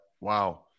Wow